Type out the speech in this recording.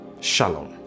Shalom